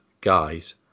guys